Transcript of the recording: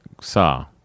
saw